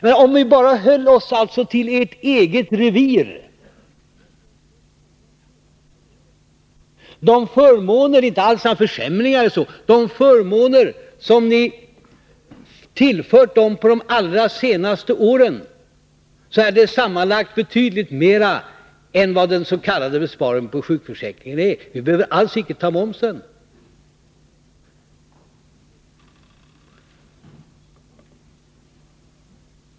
Men om vi bara håller oss till ert eget revir kan vi finna, att ni under de allra senare åren har tillfört era egna grupper förmåner som sammanlagt uppgår till betydligt mer än vad dens.k. besparingen i sjukförsäkringen ger.